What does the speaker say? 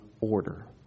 order